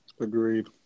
Agreed